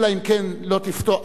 אלא אם כן לא תפתור,